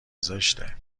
زشته